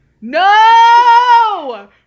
No